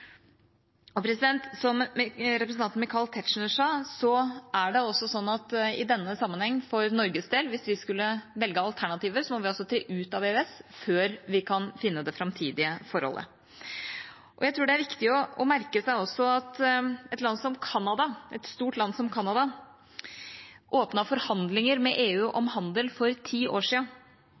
Som representanten Michael Tetzschner sa, er det også sånn i denne sammenheng for Norges del, at hvis vi skulle velge alternativer, må vi altså tre ut av EØS før vi kan finne det framtidige forholdet. Jeg tror det er viktig å merke seg også at et stort land som Canada åpnet forhandlinger med EU om handel for ti år